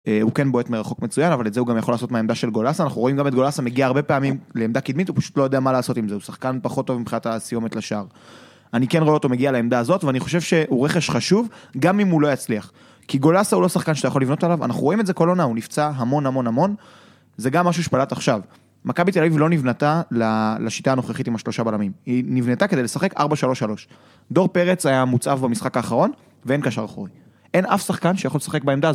הוא כן בועט מרחוק מצוין, אבל את זה הוא גם יכול לעשות מהעמדה של גולסה. אנחנו רואים גם את גולסה, מגיע הרבה פעמים לעמדה קדמית, הוא פשוט לא יודע מה לעשות עם זה, הוא שחקן פחות טוב מבחינת הסיומת לשער. אני כן רואה אותו מגיע לעמדה הזאת, ואני חושב שהוא רכש חשוב, גם אם הוא לא יצליח. כי גולסה הוא לא שחקן שאתה יכול לבנות עליו, אנחנו רואים את זה כל עונה, הוא נפצע המון המון המון. זה גם משהו שבלט עכשיו. מכבי תל אביב לא נבנתה לשיטה הנוכחית עם השלושה בלמים, היא נבנתה כדי לשחק 4-3-3. דור פרץ היה מוצב במשחק האחרון, ואין קשר אחורי. אין אף שחקן שיכול לשחק בעמדה הזאת.